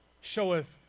showeth